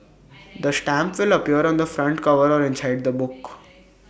the stamp will appear on the front cover or inside the book